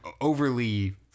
overly